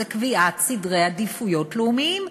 זה קביעת סדרי עדיפויות לאומיים.